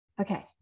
okay